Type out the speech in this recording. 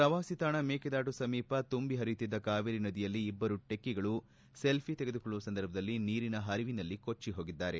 ಪ್ರವಾಸಿತಾಣ ಮೇಕೆದಾಟು ಸಮೀಪ ತುಂಬಿ ಹರಿಯುತ್ತಿದ್ದ ಕಾವೇರಿ ನದಿಯಲ್ಲಿ ಇಬ್ಬರು ಚೆಕ್ಕಗಳು ಸೆಲ್ಫಿ ತೆಗೆದುಕೊಳ್ಳುವ ಸಂದರ್ಭದಲ್ಲಿ ನೀರಿನ ಹರಿವಿನಲ್ಲಿ ಕೊಟ್ಟ ಹೋಗಿದ್ದಾರೆ